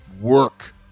work